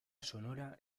sonora